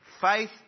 Faith